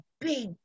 big